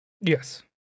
Yes